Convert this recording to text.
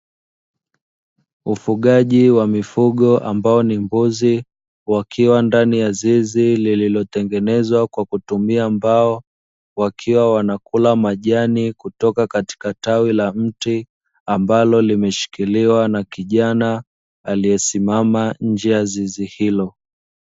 Ufugaji wa mifugo ambao ni mbuzi wakiwa ndani ya zizi lililotengenezwa kwa kutumia mbao, wakiwa wanakula majani kutoka katika tawi la mti, ambalo limeshikiliwa na kijana aliyesimama nje ya zizi hilo.